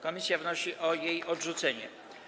Komisja wnosi o jej odrzucenie.